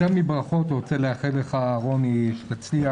מברכות אני רוצה לאחל לך רוני שתצליח